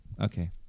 Okay